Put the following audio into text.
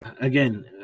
Again